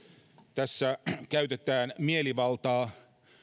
tässä käytetään mielivaltaa